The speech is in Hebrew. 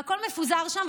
והכול מפוזר שם,